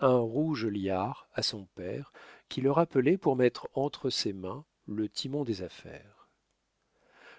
un rouge liard à son père qui le rappelait pour mettre entre ses mains le timon des affaires